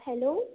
hello